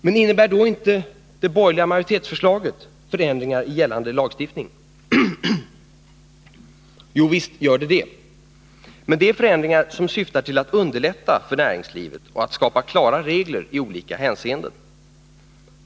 Men innebär då inte det borgerliga majoritetsförslaget förändringar i gällande lagstiftning? Jo, visst gör det det. Men det är förändringar som syftar till att underlätta för näringslivet och att skapa klara regler i olika hänseenden.